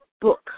book